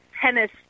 tennis